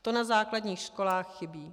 To na základních školách chybí.